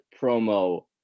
promo